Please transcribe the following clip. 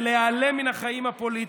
להיעלם מן החיים הפוליטיים.